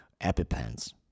EpiPens